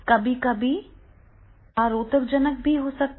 कभी कभी यह विचारोत्तेजक भी हो सकता है